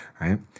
right